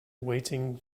waiting